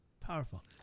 Powerful